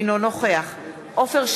שממנה מתחילים לנכות לאישה חלק מתשלום המזונות,